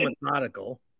methodical